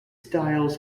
style